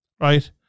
Right